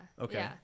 Okay